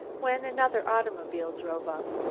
when another automobile drove up.